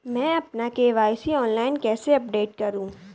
मैं अपना KYC online कैसे अपडेट करूँ?